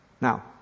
Now